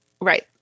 Right